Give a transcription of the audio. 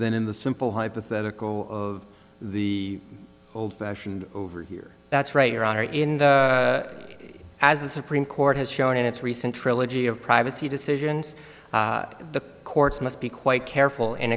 than in the simple hypothetical of the old fashioned over here that's right your honor in as the supreme court has shown in its recent trilogy of privacy decisions the courts must be quite careful and